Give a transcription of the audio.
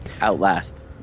Outlast